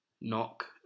knock